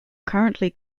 currently